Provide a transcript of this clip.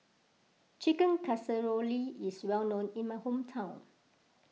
Chicken Casserole is well known in my hometown